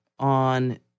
on